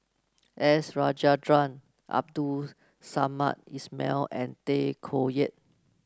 S Rajendran Abdul Samad Ismail and Tay Koh Yat